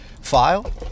file